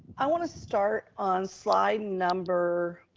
i wanna start on slide number,